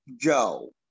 Joe